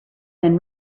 been